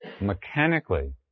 mechanically